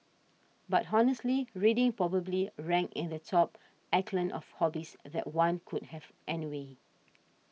but honestly reading probably ranks in the top echelon of hobbies that one could have anyway